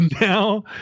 now